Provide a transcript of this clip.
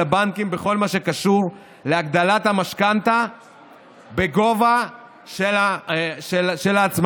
הבנקים בכל מה שקשור להגדלת המשכנתה בגובה של ההצמדה,